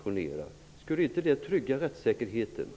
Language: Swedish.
Min fråga till Ingela Mårtensson är: Skulle inte det trygga rättssäkerheten?